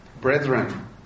brethren